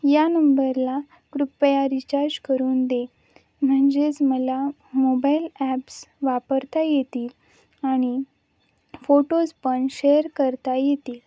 या नंबरला कृपया रिचार्ज करून दे म्हणजेच मला मोबाईल ॲप्स वापरता येतील आणि फोटोज पण शेअर करता येतील